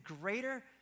greater